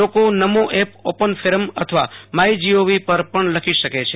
લોકો Namo app open forum અથવા my gov પર પણ લખી શકે છે